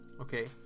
Okay